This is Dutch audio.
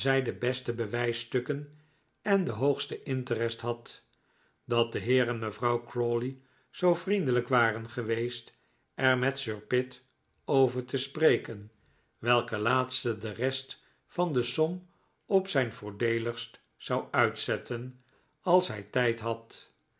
de beste bewijsstukken en den hoogsten interest had dat de heer en mevrouw crawley zoo vriendelijk waren geweest er met sir pitt over te spreken welke laatste de rest van de som op zijn voordeeligst zou uitzetten als hij tijd had